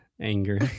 anger